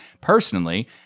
Personally